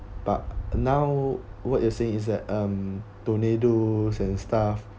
but now what you say is that um tornadoes and stuff